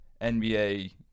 NBA